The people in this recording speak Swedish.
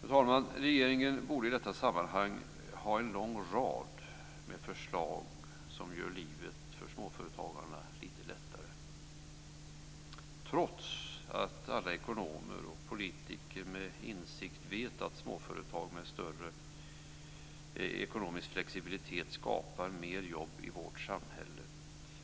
Fru talman! Regeringen borde i detta sammanhang ha en lång rad med förslag som gör livet som småföretagarna lite lättare. Trots att alla ekonomer och politiker med insikt vet att småföretag med större ekonomisk flexibilitet skapar mer jobb i vårt samhälle,